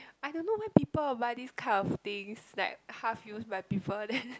I don't know why people will buy this kind of things like half used by people then